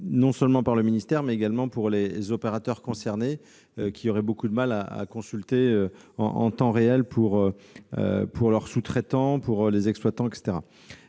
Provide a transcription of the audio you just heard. non seulement par le ministère, mais également par les opérateurs concernés, qui auraient beaucoup de mal à consulter en temps réel pour les sous-traitants et les exploitants,